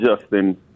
Justin